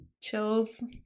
chills